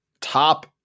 top